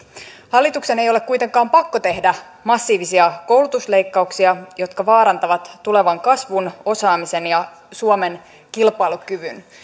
hallituksen ei ole kuitenkaan pakko tehdä massiivisia koulutusleikkauksia jotka vaarantavat tulevan kasvun osaamisen ja suomen kilpailukyvyn